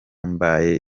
mbaye